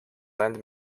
land